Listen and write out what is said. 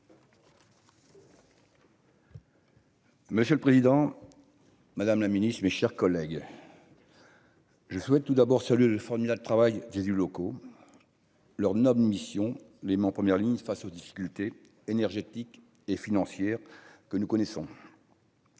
Monsieur le Président, Madame la Ministre, mes chers collègues. Je souhaite tout d'abord salué le formidable travail du locaux leur noble mission les m'en première ligne face aux difficultés énergétiques et financières que nous connaissons